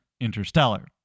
interstellar